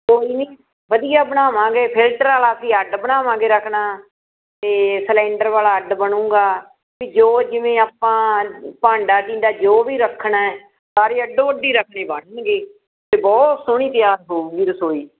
ਕੋਈ ਨਹੀਂ ਵਧੀਆ ਬਣਾਵਾਂਗੇ ਫਿਲਟਰ ਵਾਲਾ ਅਸੀਂ ਅੱਡ ਬਣਾਵਾਂਗੇ ਰਕਨਾ ਅਤੇ ਸਿਲੈਂਡਰ ਵਾਲਾ ਅੱਡ ਬਣੇਗਾ ਵੀ ਜੋ ਜਿਵੇਂ ਆਪਾਂ ਭਾਂਡਾ ਟੀਂਡਾ ਜੋ ਵੀ ਰੱਖਣਾ ਹੈ ਸਾਰੇ ਅੱਡੋ ਅੱਡੀ ਰਕਨੇ ਬਣਨਗੇ ਅਤੇ ਬਹੁਤ ਸੋਹਣੀ ਤਿਆਰ ਹੋਵੇਗੀ ਰਸੋਈ